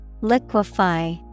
Liquefy